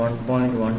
500 4